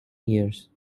years